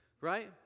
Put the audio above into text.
right